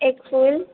एक फुल